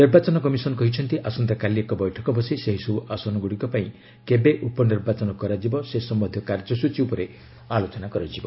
ନିର୍ବାଚନ କମିଶନ୍ କହିଛି ଆସନ୍ତାକାଲି ଏକ ବୈଠକ ବସି ସେହିସବୁ ଆସନଗୁଡ଼ିକ ପାଇଁ କେବେ ଉପନିର୍ବାଚନ କରାଯିବ ସେ ସମ୍ପନ୍ଧୀୟ କାର୍ଯ୍ୟସ୍ତଚୀ ଉପରେ ଆଲୋଚନା କରାଯିବ